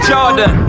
Jordan